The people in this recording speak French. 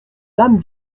l’âme